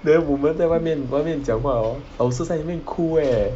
then 我们在外面外面讲话 hor 老师在里面哭 leh